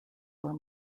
were